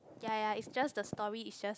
ya ya is just the story is just